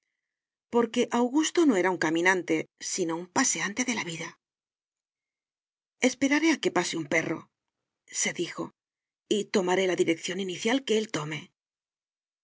porque augusto no era un caminante sino un paseante de la vida esperaré a que pase un perrose dijoy tomaré la dirección inicial que él tome en